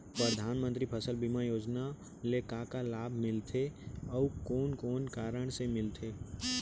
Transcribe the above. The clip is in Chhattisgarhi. परधानमंतरी फसल बीमा योजना ले का का लाभ मिलथे अऊ कोन कोन कारण से मिलथे?